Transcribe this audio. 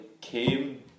came